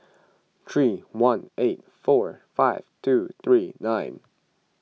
three one eight four five two three nine